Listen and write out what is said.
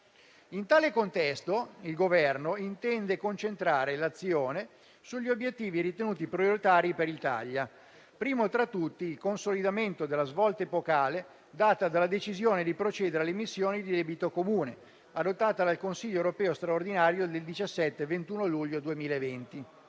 In tale contesto, il Governo intende concentrare l'azione sugli obiettivi ritenuti prioritari per l'Italia, primo tra tutti il consolidamento della svolta epocale data dalla decisione di procedere alle emissioni di debito comune, adottata dal Consiglio europeo straordinario del 17 e 21 luglio 2020.